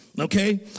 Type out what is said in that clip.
okay